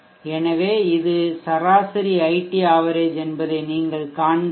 எனவே இது சராசரி iT average என்பதை நீங்கள் காண்கிறீர்கள்